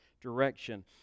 direction